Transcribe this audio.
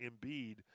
Embiid